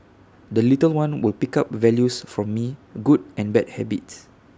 the little one will pick up values from me good and bad habits